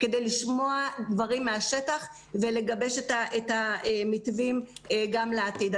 כדי לשמוע דברים מהשטח ולגבש את המתווים גם לעתיד.